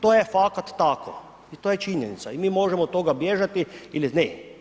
To je fakat tako i to je činjenica i mi možemo od toga bježati ili ne.